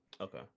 Okay